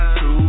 two